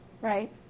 right